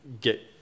get